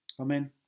Amen